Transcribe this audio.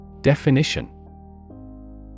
Definition